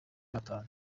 batanu